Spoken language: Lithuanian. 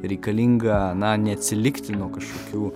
reikalinga na neatsilikti nuo kažkokių